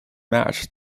match